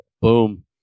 boom